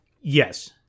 Yes